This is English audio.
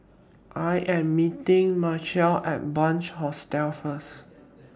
I Am meeting Marshal At Bunc Hostel First